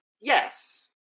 yes